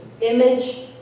image